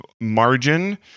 margin